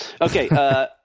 Okay